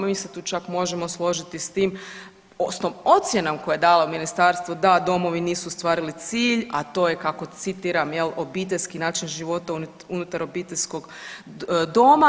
Mi se tu čak možemo složiti s tim odnosno s ocjenom koje je dalo ministarstvo da domovi nisu ostvarili cilj, a to je kako citiram jel obiteljski način života unutar obiteljskog doma.